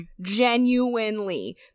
genuinely